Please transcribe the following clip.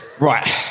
Right